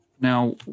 Now